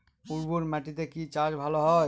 উর্বর মাটিতে কি চাষ ভালো হয়?